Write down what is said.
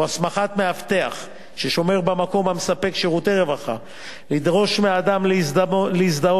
הוא הסמכת מאבטח ששומר במקום המספק שירותי רווחה לדרוש מאדם להזדהות,